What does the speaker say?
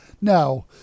Now